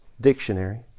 Dictionary